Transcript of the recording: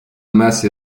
masse